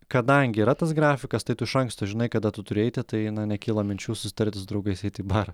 kadangi yra tas grafikas tai tu iš anksto žinai kada tu turi eiti tai na nekyla minčių susitarti su draugais eiti į barą